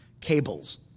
cables